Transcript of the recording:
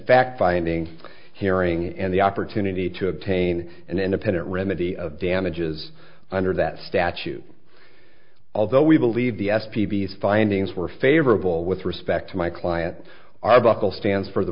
fact finding hearing and the opportunity to obtain an independent remedy of damages under that statute although we believe the s p b s findings were favorable with respect to my client arbuckle stands for the